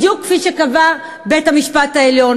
בדיוק כפי שקבע בית-המשפט העליון.